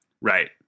Right